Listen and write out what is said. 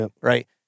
Right